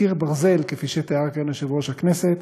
קיר ברזל, כפי שתיאר כאן יושב-ראש הכנסת,